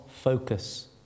focus